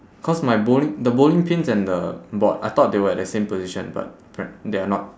cause my bowling the bowling pins and the board I thought they were at the same position but apparen~ they are not